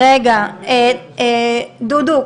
דודו,